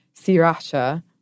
Siracha